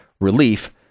relief